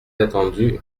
attendu